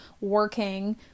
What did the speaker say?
working